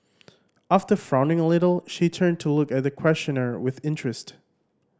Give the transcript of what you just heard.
after frowning a little she turned to look at the questioner with interest